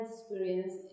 experience